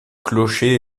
clocher